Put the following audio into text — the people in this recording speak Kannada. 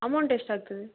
ಅಮೌಂಟ್ ಎಷ್ಟು ಆಗ್ತದೆ